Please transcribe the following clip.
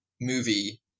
movie